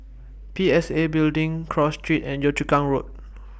P S A Building Cross Street and Yio Chu Kang Road